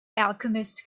alchemist